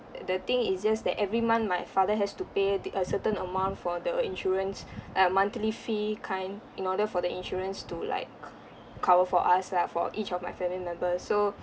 the thing is just that every month my father has to pay the a certain amount for the insurance a monthly fee kind in order for the insurance to like c~ cover for us lah for each of my family members so